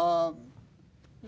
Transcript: dance